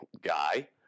guy